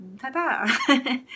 ta-da